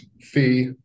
fee